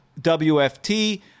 WFT